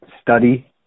study